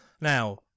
now